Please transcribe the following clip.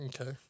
Okay